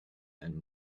and